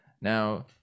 Now